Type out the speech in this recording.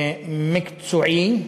מקצועי,